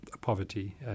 poverty